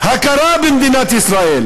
הכרה במדינת ישראל,